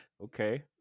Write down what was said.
Okay